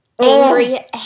angry